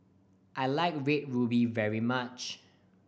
I like Red Ruby very much